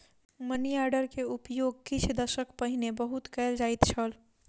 money order के उपयोग किछ दशक पहिने बहुत कयल जाइत छल